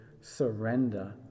surrender